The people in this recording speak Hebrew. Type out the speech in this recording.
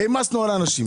העמסנו על אנשים.